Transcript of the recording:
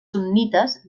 sunnites